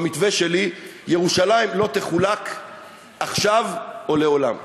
במתווה שלי: ירושלים לא תחולק עכשיו או לעולם.